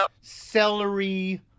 celery